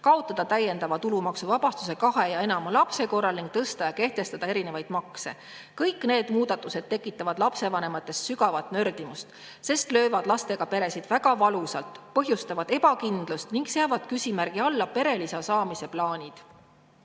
kaotada täiendava tulumaksuvabastuse kahe ja enama lapse korral ning tõsta ja kehtestada erinevaid makse. Kõik need muudatused tekitavad lapsevanemates sügavat nördimust, sest löövad lastega peresid väga valusalt, põhjustavad ebakindlust ning seavad küsimärgi alla perelisa saamise